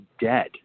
dead